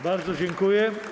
Bardzo dziękuję.